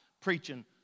preaching